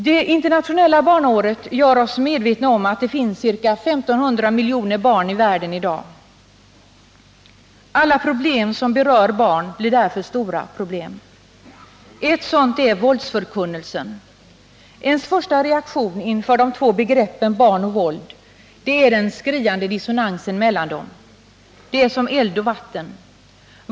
Det internationella barnaåret gör oss medvetna om att det finns ca 1 500 miljoner barn i världen i dag. Alla problem som berör barn blir därför stora problem. Jag vill ta upp ett sådant, nämligen våldsförkunnelsen. Ens första reaktion inför de två begreppen barn och våld är den skriande dissonansen mellan dem. Det är som eld och vatten.